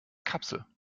kapsel